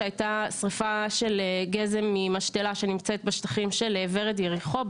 הייתה שריפה של גזם ממשתלה שנמצאת בשטחים של ורד יריחו,